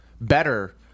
better